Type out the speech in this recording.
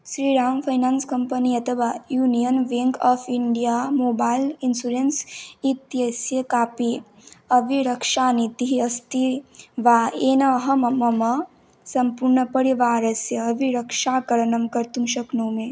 Shriram finance company अथवा union bank of India mobile insurance इत्यस्य कापि अभिरक्षानीतिः अस्ति वा येन अहं म मम सम्पूर्णपरिवारस्य अभिरक्षाकरणं कर्तुं शक्नोमि